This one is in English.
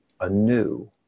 anew